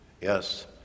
Yes